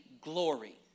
glory